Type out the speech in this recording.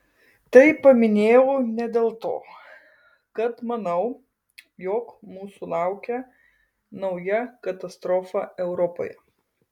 tai paminėjau ne dėl to kad manau jog mūsų laukia nauja katastrofa europoje